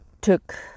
Took